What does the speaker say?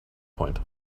point